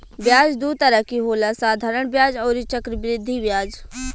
ब्याज दू तरह के होला साधारण ब्याज अउरी चक्रवृद्धि ब्याज